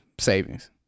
savings